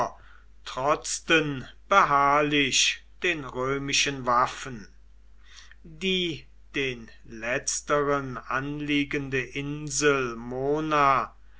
trotzten beharrlich den römischen waffen die den letzteren anliegende insel